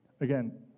Again